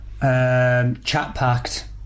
Chat-packed